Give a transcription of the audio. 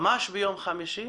וממש ביום חמישי